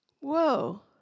Whoa